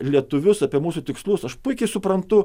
lietuvius apie mūsų tikslus aš puikiai suprantu